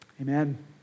Amen